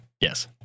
yes